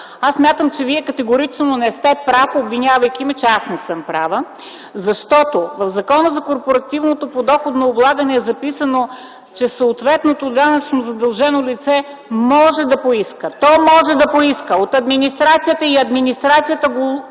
Аз смятам, че Вие категорично не сте прав, обвинявайки ме, че аз не съм права, защото в Закона за корпоративното подоходно облагане е записано, че съответното данъчно задължено лице може да поиска. То може да поиска от администрацията и администрацията го